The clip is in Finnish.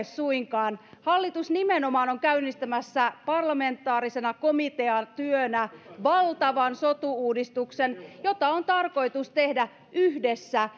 suinkaan hallitus nimenomaan on käynnistämässä parlamentaarisena komiteatyönä valtavan sotu uudistuksen jota on tarkoitus tehdä yhdessä